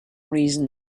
reason